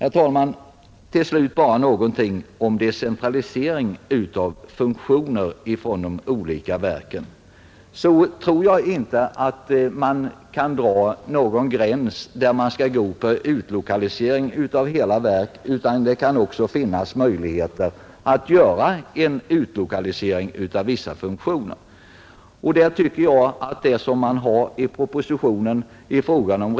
Herr talman! Till slut bara några ord om decentralisering av funktioner från de olika verken. Jag tror inte att man kan dra någon gräns där man skall gå in för utlokalisering av hela verk, utan det kan också finnas möjligheter att göra en utlokalisering av vissa funktioner. Där tycker jag att det som i propositionen sägs om riksförsäkringsverket bör uppmärksammas.